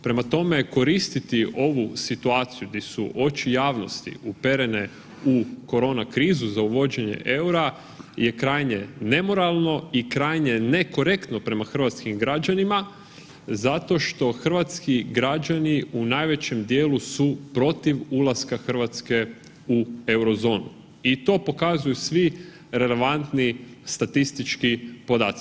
Prema tome, koristiti ovu situaciju gdje su oči javnosti uperene u korona krizu za uvođenje eura je krajnje nemoralno i krajnje nekorektno prema hrvatskim građanima zato što Hrvatski građani u najvećem dijelu su protiv ulaska RH u Eurozonu i to pokazuju svi relevantni statistički podaci.